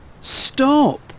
Stop